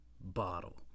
bottle